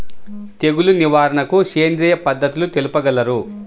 తెగులు నివారణకు సేంద్రియ పద్ధతులు తెలుపగలరు?